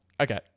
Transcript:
Okay